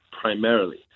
primarily